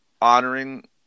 honoring